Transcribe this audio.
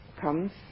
comes